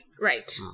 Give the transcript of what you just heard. Right